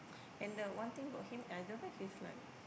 and the one thing about him I don't know he's like